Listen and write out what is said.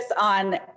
on